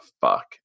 fuck